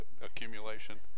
accumulation